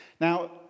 Now